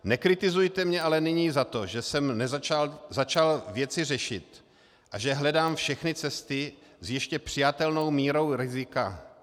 Nekritizujte mě ale nyní za to, že jsem začal věci řešit a že hledám všechny cesty s ještě přijatelnou mírou rizika.